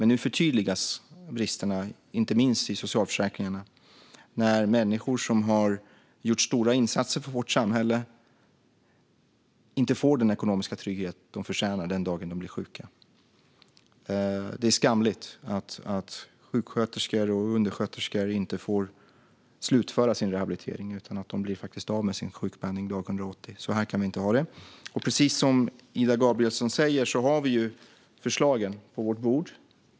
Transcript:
Nu förtydligas bristerna, inte minst i socialförsäkringarna, när människor som har gjort stora insatser för vårt samhälle inte får den ekonomiska trygghet de förtjänar den dag de blir sjuka. Det är skamligt att sjuksköterskor och undersköterskor inte får slutföra sin rehabilitering utan blir av med sin sjukpenning dag 180. Så här kan vi inte ha det. Precis som Ida Gabrielsson säger har vi förslagen på vårt bord.